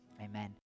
Amen